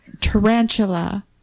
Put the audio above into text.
tarantula